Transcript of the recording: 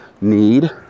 need